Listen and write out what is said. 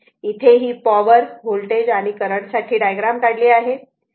इथे ही power voltage आणि करंट साठी डायग्राम काढली आहे